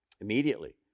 Immediately